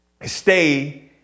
stay